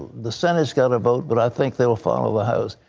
the senate has got to vote, but i think they'll follow the house.